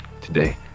today